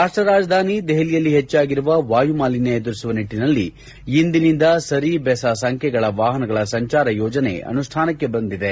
ರಾಷ್ಟ ರಾಜಧಾನಿ ದೆಹಲಿಯಲ್ಲಿ ಹೆಚ್ಚಾಗಿರುವ ವಾಯು ಮಾಲಿನ್ಯ ಎದುರಿಸುವ ನಿಟ್ಟಿನಲ್ಲಿ ಇಂದಿನಿಂದ ಸರಿ ಬೆಸ ಸಂಖ್ಯೆಗಳ ವಾಹನಗಳ ಸಂಚಾರ ಯೋಜನೆ ಅನುಷ್ಠಾನಕ್ಕೆ ಬರಲಿದೆ